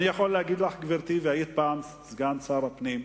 אני יכול להגיד לך, גברתי, היית סגנית שר הפנים: